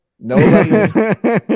No